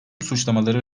suçlamaları